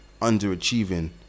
underachieving